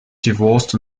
divorced